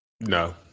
No